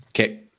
Okay